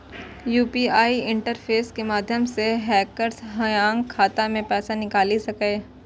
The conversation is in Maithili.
यू.पी.आई इंटरफेस के माध्यम सं हैकर्स अहांक खाता सं पैसा निकालि सकैए